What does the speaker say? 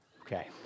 Okay